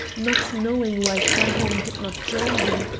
not knowing why fairholme did not join him,